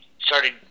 Started